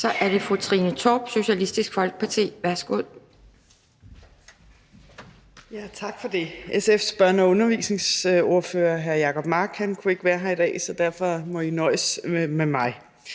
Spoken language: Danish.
Så er det fru Trine Torp, Socialistisk Folkeparti. Værsgo. Kl. 11:43 (Ordfører) Trine Torp (SF): Tak for det. SF's børne- og ungeordfører, hr. Jacob Mark, kunne ikke være her i dag, så derfor må I nøjes med mig.